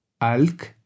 alk